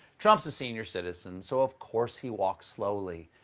trump's a senior citizen, so of course he walks slowly.